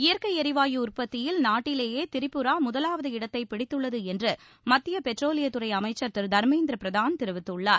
இயற்கை எரிவாயு உற்பத்தியில் நாட்டிலேயே திரிபுரா முதலாவது இடத்தை பிடித்துள்ளது என்று மத்திய பெட்ரோலியத்துறை அமைச்சர் திரு தர்மேந்திர பிரதான் என்று தெரிவித்துள்ளார்